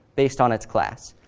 based on its class.